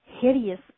hideous